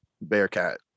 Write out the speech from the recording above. Bearcat